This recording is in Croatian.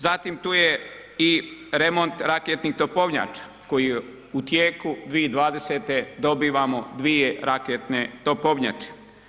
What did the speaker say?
Zatim tu je i remont raketnih topovnjača koji je u tijeku, 2020. dobivamo 2 raketne topovnjače.